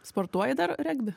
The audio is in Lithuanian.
sportuoji regbį